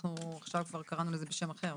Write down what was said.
אנחנו עכשיו כבר קראנו לזה בשם אחר,